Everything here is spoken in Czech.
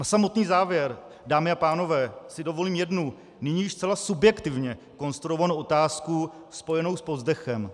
A na samotný závěr, dámy a pánové, si dovolím jednu, nyní již zcela subjektivně konstruovanou otázku spojenou s povzdechem.